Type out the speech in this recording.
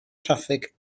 traffig